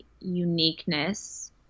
uniqueness